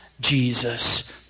Jesus